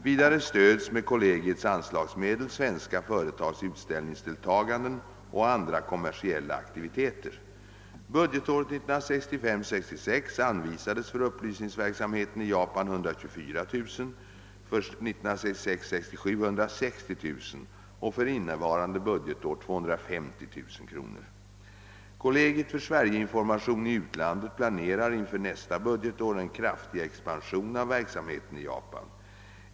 Vidare stöds med kollegiets anslagsmedel svenska företags utställnings. deltaganden och andra kommersiella aktiviteter. Budgetåret 1965 67 160 000 kronor och för innevarande budgetår 250 000 kronor. Kollegiet för Sverige-information i utlandet planerar inför nästa budgetår en kraftig expansion av verksamheten i Japan.